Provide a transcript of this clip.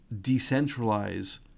decentralize